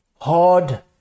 hard